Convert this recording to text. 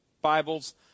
Bibles